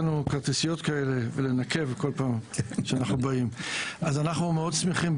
אנחנו מאוד שמחים,